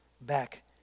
back